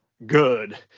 good